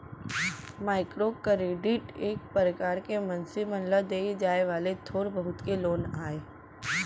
micro credit एक परकार के मनसे मन ल देय जाय वाले थोर बहुत के लोन आय